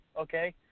okay